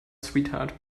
sweetheart